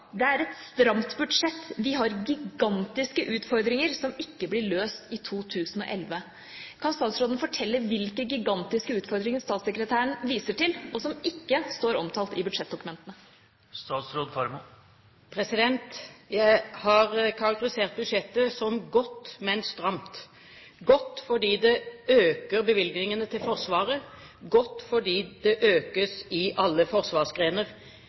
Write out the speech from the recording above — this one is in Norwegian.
et «stramt budsjett»: «Vi har gigantiske utfordringer som ikke blir løst i 2011.» Kan statsråden fortelle hvilke gigantiske utfordringer statssekretæren viser til, og som ikke står omtalt i budsjettdokumentene? Jeg har karakterisert budsjettet som godt, men stramt – godt fordi det øker bevilgningene til Forsvaret, godt fordi det økes i alle forsvarsgrener.